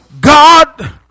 God